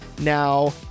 now